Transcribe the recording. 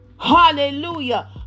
Hallelujah